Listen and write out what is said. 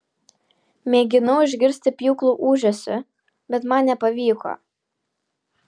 mėginau išgirsti pjūklų ūžesį bet man nepavyko